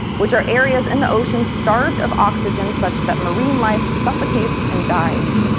which are areas in the ocean starved of oxygen such that marine life suffocates and dies.